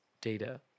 data